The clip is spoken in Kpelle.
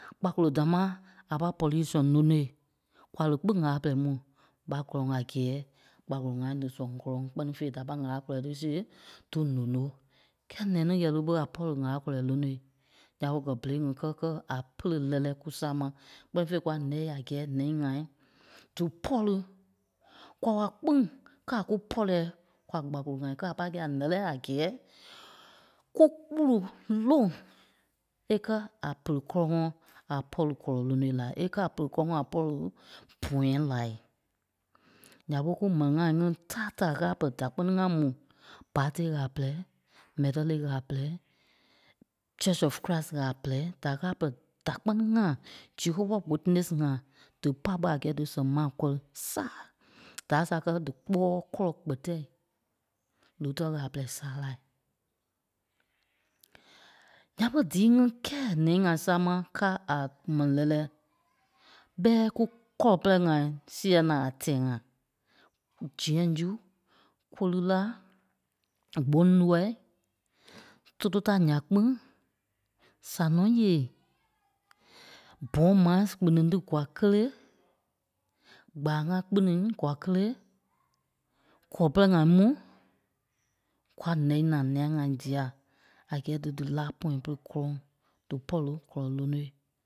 Kpakolo dámaa a pâi pɔ̂rii sɛŋ lónoi, kwa li kpîŋ ŋ̀âla pɛrɛi mu ɓa gɔ́lɔŋ a gɛ́ɛ gbakolo ŋai dí sɛŋ kɔlɔŋ kpɛ́ni fêi, da pâi ŋ̀âla kɔlɔi tí siɣei dí nono. Kɛ́ɛ nɛnî ɣɛɛlu ɓé a pɔ̂ri ŋ̀âla kɔlɔi lonoi? Ǹya ɓé gɛ̀ bêlei ŋí kɛ́ kɛ̀ a pere lɛ́lɛɛ kú sáma, kpɛ́ni fêi kwa nɛi a gɛ́ɛ nɛi ŋai dí pɔ̂ri, kwa wàla kpîŋ kɛ́ a kú pɔ̂riɛ kwa gbakolo ŋai kɛ́ɛ a pâi kɛ̂i a nɛ́lɛɛ kú kpulu loŋ é kɛ́ a pere kkɔ́lɔŋɔɔ a pɔ̂ri kɔlɔ lonoi lai, é kɛ́ a pere kɔ́lɔŋɔɔ a pɔ̂ri bɔ̃yâi lai. Ǹya ɓé kú m̀ɛni ŋai ŋí tàa taa ɣâla pɛrɛ da kpɛ́ni ŋa mu. Bate ɣâla pɛrɛi, Mɛtɛle ɣâla pɛrɛi, Church of Christ ɣâla pɛrɛi, da ɣâla pɛrɛ da kpɛ́ni ŋa. Jehowa witness ŋai, dí pâ ɓɛ́ a gɛ́ɛ dí sɛŋ maa kɔ́ri sâa. Dâa sâa kɛ́ dí kpɔ́ɔi kɔlɔ kpɛtɛi Lutɛ ɣala pɛrɛi sârai. Ǹya ɓé díi ŋí kɛ́ɛ ǹɛnî ŋai sáma káa a mɛni lɛ́lɛɛ, ɓɛ́i kú kɔlɔ pɛlɛ ŋai sèɛɛi na a tɛ̀ɛ ŋai. Zĩaŋ su, Kolila, Gbôŋlɔi, Totota ǹyaa kpîŋ, Sanɔɔyeei, Bong Mines kpiniŋ tí gwaa kélee, Gbaŋa kpiniŋ tí gwaa kélee, gɔlɔ pɛrɛ ŋai mu. Kwa nɛ̂i na nûa ŋai dîa a gɛ́ɛ dílaa pɔ̃yɛɛ pere kɔ́lɔŋ dí pɔ̂ri kɔlɔ lonoi.